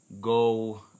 Go